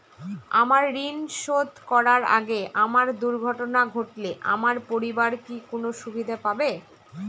আমার ঋণ শোধ করার আগে আমার দুর্ঘটনা ঘটলে আমার পরিবার কি কোনো সুবিধে পাবে?